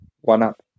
one-up